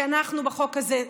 כי אנחנו בחוק הזה,